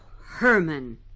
Herman